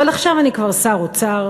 אבל עכשיו אני כבר שר אוצר,